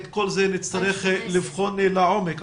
את כל זה נצטרך לבחון לעומק.